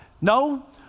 no